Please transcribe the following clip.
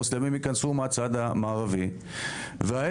המוסלמים יכנסו מהצד המערבי וההיפך,